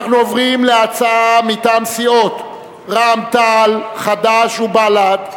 אנחנו עוברים להצעה מטעם סיעות רע"ם-תע"ל חד"ש ובל"ד,